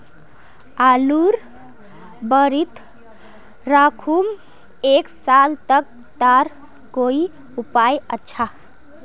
आलूर बारित राखुम एक साल तक तार कोई उपाय अच्छा?